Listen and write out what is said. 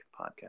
Podcast